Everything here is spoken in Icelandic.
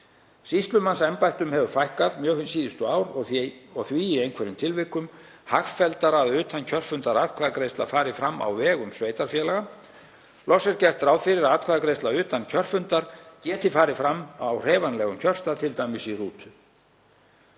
Sýslumannsembættum hefur fækkað mjög hin síðustu ár og því er í einhverjum tilvikum hagfelldara að utankjörfundaratkvæðagreiðsla fari fram á vegum sveitarfélaga. Loks er gert ráð fyrir að atkvæðagreiðsla utan kjörfundar geti farið fram á hreyfanlegum kjörstað, t.d. í rútu.